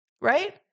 Right